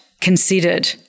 considered